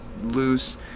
loose